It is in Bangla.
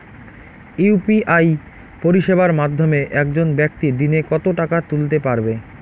ইউ.পি.আই পরিষেবার মাধ্যমে একজন ব্যাক্তি দিনে কত টাকা তুলতে পারবে?